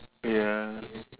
ya